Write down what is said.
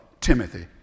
Timothy